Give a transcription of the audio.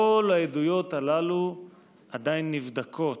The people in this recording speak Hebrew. כל העדויות הללו עדיין נבדקות.